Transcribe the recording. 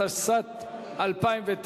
התשס"ט 2009,